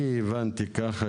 אני הבנתי ככה